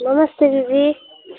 नमस्ते दिदी